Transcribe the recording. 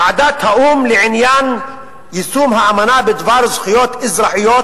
ועדת האו"ם לעניין יישום האמנה בדבר זכויות אזרחיות,